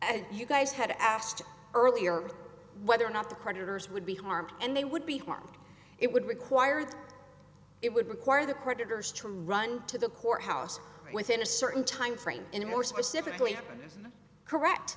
and you guys had asked earlier whether or not the creditors would be harmed and they would be harmed it would require that it would require the creditors to run to the courthouse within a certain time frame in a more specifically correct